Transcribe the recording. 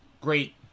Great